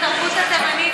התרבות התימנית,